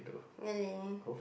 really